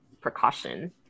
precaution